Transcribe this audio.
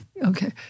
Okay